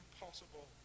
impossible